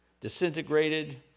disintegrated